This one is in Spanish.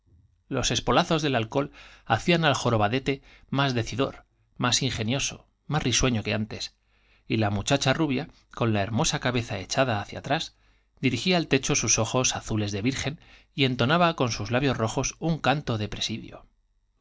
los espolazos del alcohol hacían al jorobadete más de cidor más ingenioso más risueño que antes y la muchacha rubia con la hermosa cabeza echada hacia atrás dirigía al techo sus ojos azules de virgen y entonaba con sus labios rojos un canto de presi